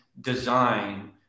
design